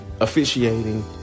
Officiating